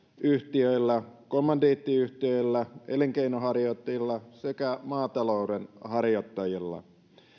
yhtiöillä kommandiittiyhtiöillä elinkeinonharjoittajilla sekä maatalouden harjoittajilla